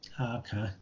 Okay